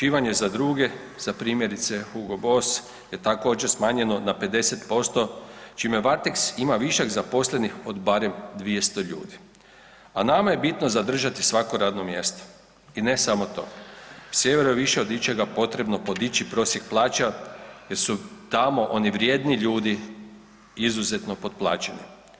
Šivanje za druge za primjerice Hugo Boss je također smanjeno na 50% čime Varteks ima višak zaposlenih od barem 200 ljudi, a nama je bitno zadržati svako radno mjesto i ne samo to …/nerazumljivo/… više od ičega potrebno podići prosjek plaća jer su tamo oni vrijedni ljudi izuzetno potplaćeni.